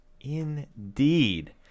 Indeed